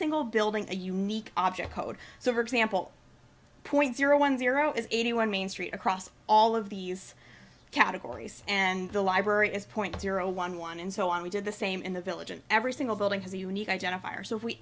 single building a unique object code so for example point zero one zero is eighty one main street across all of these categories and the library is point zero one one and so on we did the same in the village and every single building has a unique identifier so if we